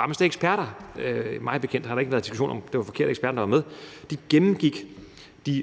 repræsenteret, og mig bekendt har der ikke været diskussion om, om det var de forkerte eksperter, der var med. De gennemgik de